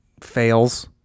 fails